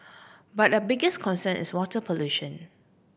but the biggest concern is water pollution